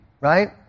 right